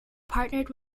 partnered